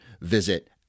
visit